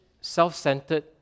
self-centered